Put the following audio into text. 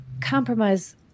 Compromise